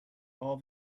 all